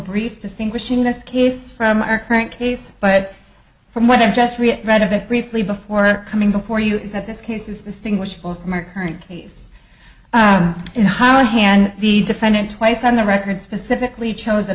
brief distinguishing this case from our current case but from what i've just read of it briefly before coming before you that this case is distinguishable from our current case in holland hand the defendant twice on the record specifically chose a